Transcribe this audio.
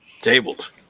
tabled